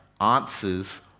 answers